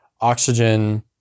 oxygen